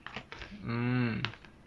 mm